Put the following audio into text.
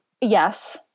Yes